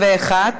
51),